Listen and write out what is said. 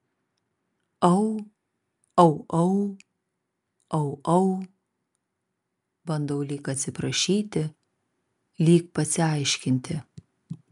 au au au au au bandau lyg atsiprašyti lyg pasiaiškinti